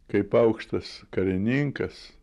kaip aukštas karininkas